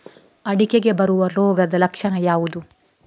ಅಡಿಕೆಗೆ ಬರುವ ರೋಗದ ಲಕ್ಷಣ ಯಾವುದು?